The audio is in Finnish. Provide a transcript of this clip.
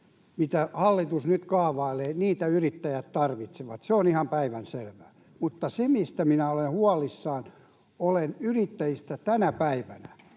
mitä hallitus nyt kaavailee, yrittäjät tarvitsevat — se on ihan päivänselvää. Mutta se, mistä minä olen huolissani, on yrittäjät tänä päivänä.